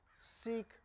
Seek